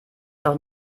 doch